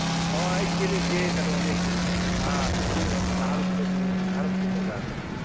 ꯑꯣ ꯑꯩꯅ ꯆꯦꯜꯂꯤꯁꯦ ꯀꯩꯅꯣꯅꯤ ꯑꯁꯣꯝꯒꯤ ꯅꯍꯥꯔꯨꯞꯇꯒꯤ ꯅꯍꯥꯔꯨꯞ ꯇꯨ ꯕꯖꯥꯔꯒꯇꯣ